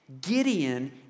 Gideon